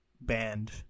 band